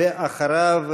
ואחריו,